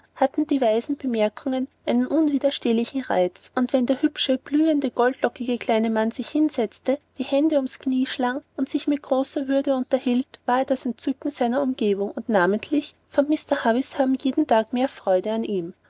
hatten die weisen bemerkungen einen unwiderstehlichen reiz und wenn der hübsche blühende goldlockige kleine mann sich hinsetzte die hände ums knie schlang und sich mit großer würde unterhielt war er das entzücken seiner umgebung und namentlich fand mr havisham jeden tag mehr freude an ihm